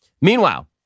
Meanwhile